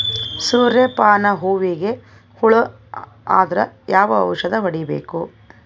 ಸೂರ್ಯ ಪಾನ ಹೂವಿಗೆ ಹುಳ ಆದ್ರ ಯಾವ ಔಷದ ಹೊಡಿಬೇಕು?